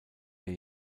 der